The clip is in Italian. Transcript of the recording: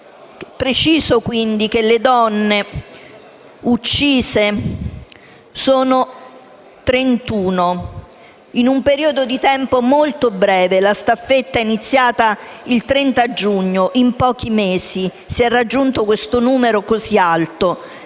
Preciso, quindi, che le donne uccise in un periodo di tempo molto breve sono 31. La staffetta è iniziata il 30 giugno. In pochi mesi si è raggiunto questo numero così alto.